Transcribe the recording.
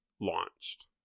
launched